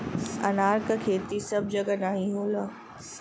अनार क खेती सब जगह नाहीं होला